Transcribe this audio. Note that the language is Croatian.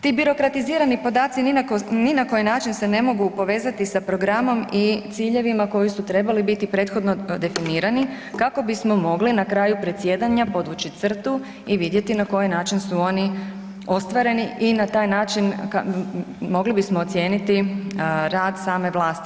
Ti birokratizirani podaci ni na koji način se ne mogu povezati sa programom i ciljevima koji su trebali biti prethodno definirani kako bismo mogli na kraju predsjedanja podvući crtu i vidjeti na koji način su oni ostvareni i na taj način mogli bismo ocijeniti rad same vlasti.